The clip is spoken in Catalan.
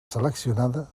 seleccionada